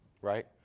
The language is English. right